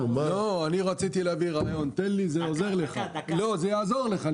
רציתי להביא רעיון, זה יעזור לך.